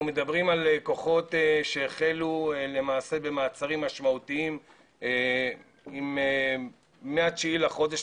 אנחנו מדברים על כוחות שהחלו למעשה מעצרים משמעותיים מה-9 לחודש.